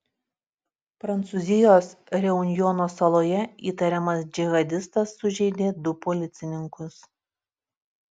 prancūzijos reunjono saloje įtariamas džihadistas sužeidė du policininkus